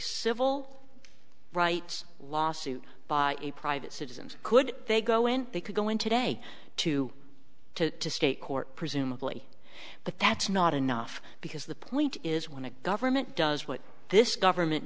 civil rights lawsuit by a private citizens could they go and they could go in today to to state court presumably but that's not enough because the point is when a government does what this government